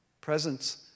Presence